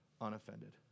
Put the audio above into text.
unoffended